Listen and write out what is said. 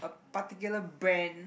particular brand